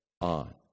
on